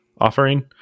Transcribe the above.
offering